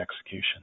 execution